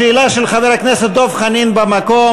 השאלה של חבר הכנסת דב חנין במקום.